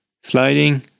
sliding